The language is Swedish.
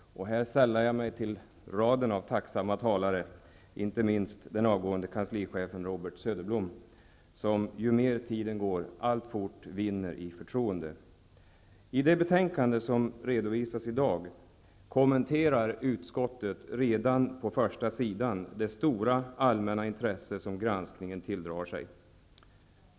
Här sällar jag mig till raden av tacksamma talare och riktar mig inte minst till den avgående kanslichefen Robert Söderblom som, ju mer tiden går, vinner i förtroende. I det betänkande som redovisas i dag kommenterar utskottet redan på första sidan det stora allmänna intresse som granskningen tilldrar sig.